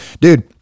Dude